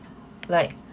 like